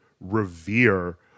revere